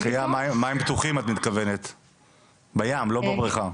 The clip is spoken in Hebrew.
שחייה מים פתוחים את מתכוונת, בים, לא בבריכה.